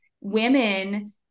women